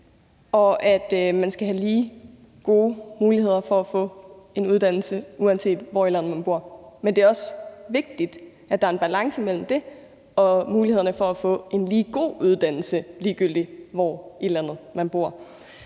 og at man skal have lige gode muligheder for at få en uddannelse, uanset hvor i landet man bor. Men det er også vigtigt, at der er en balance mellem det og så mulighederne for at få en lige god uddannelse, ligegyldig hvor i landet man bor.